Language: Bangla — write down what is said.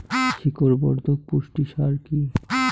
শিকড় বর্ধক পুষ্টি সার কি?